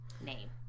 name